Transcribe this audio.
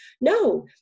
no